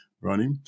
Ronnie